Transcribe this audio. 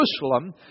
Jerusalem